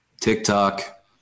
TikTok